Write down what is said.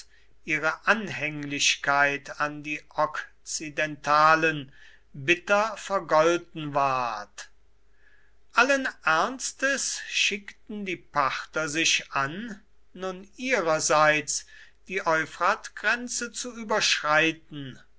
ihre anhänglichkeit an die okzidentalen bitter vergolten ward allen ernstes schickten die parther sich an nun ihrerseits die euphratgrenze zu überschreiten